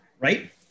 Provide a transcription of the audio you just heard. Right